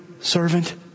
servant